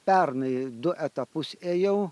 pernai du etapus ėjau